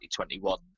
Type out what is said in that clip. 2021